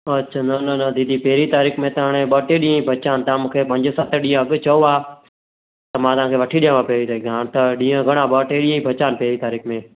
अछा न न न दीदी पहिरीं तारीख़ में त हाणे ॿ टे ॾींहं ई बचिया आहिनि तव्हां मूंखे पंज सत ॾींहं अॻु चओ आ त मां तव्हांखे वठी ॾियांव आ पहिरीं तारीख़ हाणे त ॾींहं घणा ॿ टे ॾींहं ई बचिया आहिनि पहिरीं तारीख़ में